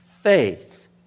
faith